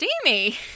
steamy